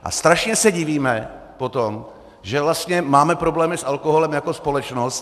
A strašně se divíme potom, že vlastně máme problémy s alkoholem jako společnost.